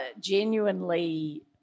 genuinely